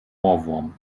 ohrwurm